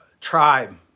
tribe